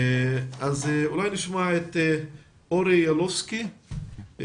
בואו נשמע את אורי ילובסקי,